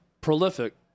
Prolific